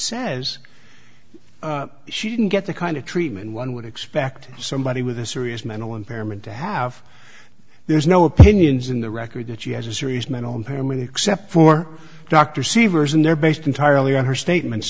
says she didn't get the kind of treatment one would expect somebody with a serious mental impairment to have there's no opinions in the record that she has a serious mental impairment except for dr sievers and they're based entirely on her statements